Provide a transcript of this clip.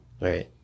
right